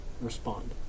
respond